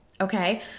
Okay